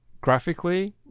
graphically